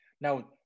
Now